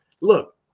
Look